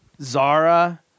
Zara